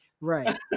Right